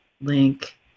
link